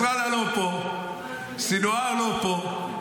נסראללה לא פה, סנוואר לא פה,